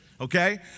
Okay